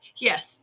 yes